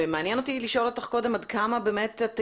ומעניין אותי לשאול אותך קודם עד כמה הייתם